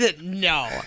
No